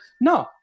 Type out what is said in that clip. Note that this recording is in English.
No